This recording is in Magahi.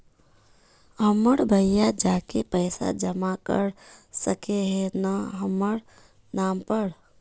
हमर भैया जाके पैसा जमा कर सके है न हमर नाम पर?